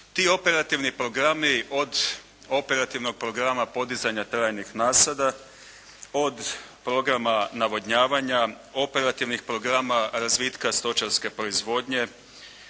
Ti operativni programi od operativnog programa podizanja trajnih nasada, od programa navodnjavanja, operativnih programa razvitka stočarske proizvodnje,